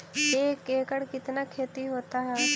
एक एकड़ कितना खेति होता है?